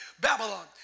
Babylon